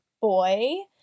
boy